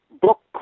Book